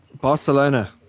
Barcelona